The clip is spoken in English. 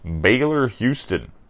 Baylor-Houston